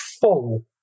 full